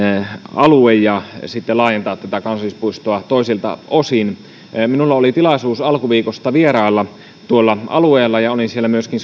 alue ja sitten laajentaa tätä kansallispuistoa toisilta osin minulla oli tilaisuus alkuviikosta vierailla tuolla alueella ja olin siellä myöskin